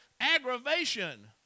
aggravation